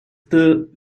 the